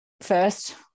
first